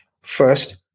first